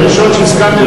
אני הייתי שר אוצר,